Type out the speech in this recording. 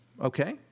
Okay